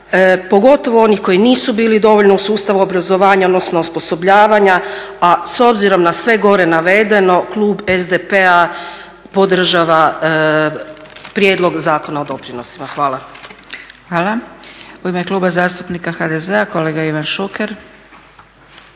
pogotovo onih koji nisu bili dovoljno u sustavu obrazovanja, odnosno osposobljavanja. A s obzirom na sve gore navedeno, klub SDP-a podržava Prijedlog zakona o doprinosima. Hvala. **Zgrebec, Dragica (SDP)** Hvala. U ime Kluba zastupnika HDZ-a kolega Ivan Šuker.